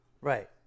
Right